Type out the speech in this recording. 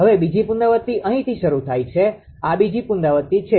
હવે બીજી પુનરાવૃતિ અહીંથી શરૂ થાય છે આ બીજી પુનરાવૃત્તિ છે